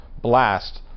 blast